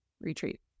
retreat